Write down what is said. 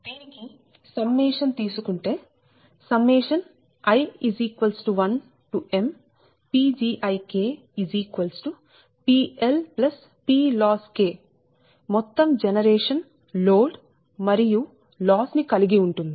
దీనికి సమ్మేషన్ తీసుకుంటేi1mPgiPLPLoss మొత్తం జనరేషన్ లోడ్ మరియు లాస్ ను కలిగి ఉంటుంది